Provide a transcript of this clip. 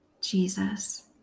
Jesus